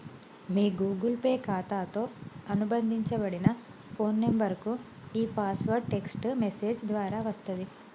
మీ Google Pay ఖాతాతో అనుబంధించబడిన phone నంబర్కు ఈ పాస్వర్డ్ టెక్ట్స్ మెసేజ్ ద్వారా వస్తది